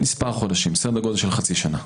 מספר חודשים, סדר גודל של חצי שנה.